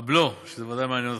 הבלו, שזה ודאי מעניין אותך,